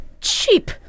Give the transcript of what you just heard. cheap